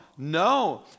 No